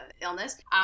illness